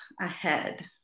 ahead